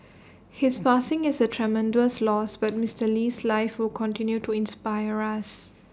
his passing is A tremendous loss but Mister Lee's life will continue to inspire us